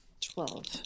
Twelve